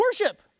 worship